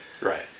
Right